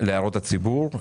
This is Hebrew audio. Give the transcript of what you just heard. להערות הציבור.